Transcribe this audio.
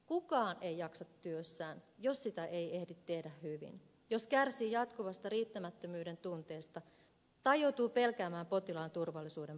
kukaan ei jaksa työssään jos sitä ei ehdi tehdä hyvin jos kärsii jatkuvasta riittämättömyyden tunteesta tai joutuu pelkäämään potilaan turvallisuuden puolesta